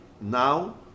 now